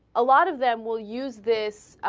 a lot of them will use this ah.